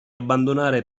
abbandonare